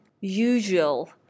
usual